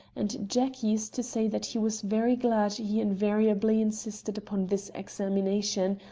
and jack used to say that he was very glad he invariably insisted upon this examination,